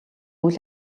үйл